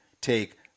take